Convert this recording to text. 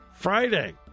Friday